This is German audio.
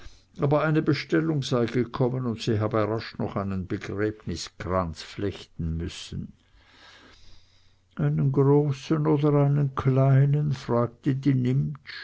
aber eine bestellung sei gekommen und sie habe rasch noch einen begräbniskranz flechten müssen einen großen oder einen kleinen fragte die